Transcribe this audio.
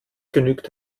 genügt